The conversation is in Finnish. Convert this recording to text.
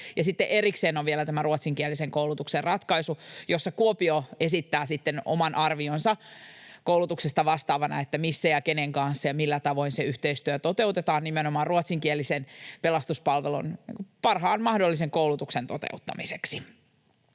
sitten erikseen on vielä tämä ruotsinkielisen koulutuksen ratkaisu, jossa Kuopio esittää koulutuksesta vastaavana sitten oman arvionsa, missä ja kenen kanssa ja millä tavoin se yhteistyö toteutetaan nimenomaan ruotsinkielisen pelastuspalvelun parhaan mahdollisen koulutuksen toteuttamiseksi.